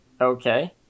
Okay